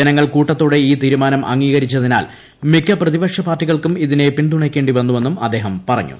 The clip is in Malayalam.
ജനങ്ങൾ കൂട്ടത്തോടെ ഈ തീരുമാനം അംഗീകരിച്ചതിനാൽ മിക്ക പ്രതിപക്ഷ പാർട്ടികൾക്കും ഇതിനെ പിന്തുണക്കേണ്ടി വന്നുവെന്നും അദ്ദേഹം പറഞ്ഞു